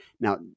Now